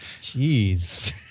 Jeez